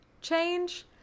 change